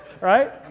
Right